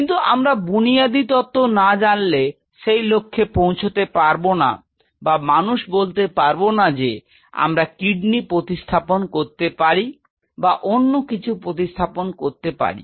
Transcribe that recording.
কিন্তু আমরা বুনিয়াদি তত্ত্ব না জানলে সেই লক্ষ্যে পৌঁছতে পারব না বা মানুষ বলতে পারবে না যে আমরা কিডনি প্রতিস্থাপন করতে পারি বা অন্য কিছু প্রতিস্থাপন করতে পারি